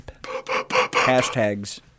Hashtags